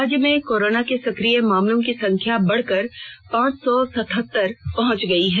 राज्य में कोरोना के सक्रिय मामलों की संख्या बढ़कर पांच सौ सतहत्तर पहुंच गई है